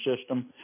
system